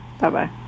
Bye-bye